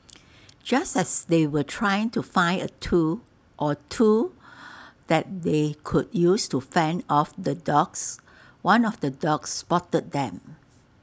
just as they were trying to find A tool or two that they could use to fend off the dogs one of the dogs spotted them